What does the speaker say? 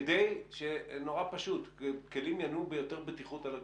כדי שכלים ינועו יותר בבטיחות על הכבישים?